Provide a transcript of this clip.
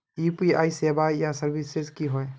UPI सेवाएँ या services की होय?